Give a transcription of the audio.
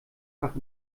fach